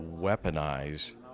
weaponize